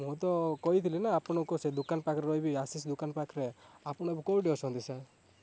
ମୁଁ ତ କହିଥିଲି ନା ଆପଣଙ୍କୁ ସେ ଦୋକାନ ପାଖେ ରହିବେ ଆଶିଷ ଦୋକାନ ପାଖରେ ଆପଣ ଏବେ କେଉଁଠି ଅଛନ୍ତି ସାର୍